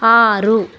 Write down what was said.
ಆರು